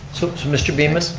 so mr. beaman,